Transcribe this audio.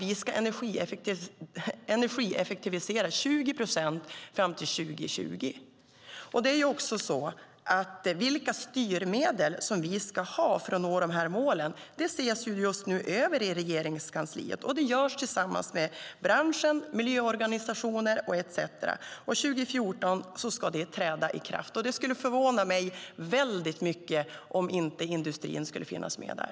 Vi ska energieffektivisera 20 procent fram till 2020. Vilka styrmedel som vi ska ha för att nå de här målen ses just nu över i Regeringskansliet. Det görs tillsammans med branschen, miljöorganisationer etcetera. Det ska träda i kraft 2014. Det skulle förvåna mig väldigt mycket om inte industrin skulle finnas med där.